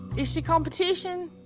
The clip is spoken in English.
is she competition?